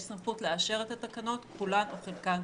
יש סמכות לאשר את התקנות כולן או חלקן.